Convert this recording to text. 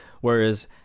Whereas